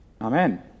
amen